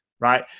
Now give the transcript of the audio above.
right